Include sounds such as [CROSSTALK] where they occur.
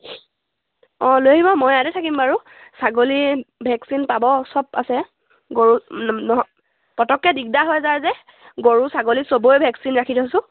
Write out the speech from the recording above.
অঁ লৈ আহিব মই ইয়াতে থাকিম বাৰু ছাগলী ভেকচিন পাব চব আছে গৰু [UNINTELLIGIBLE] নহয় পটককৈ দিগদাৰ হৈ যায় যে গৰু ছাগলী চবৰে ভেকচিন ৰাখি থৈছোঁ